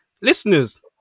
listeners